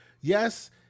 Yes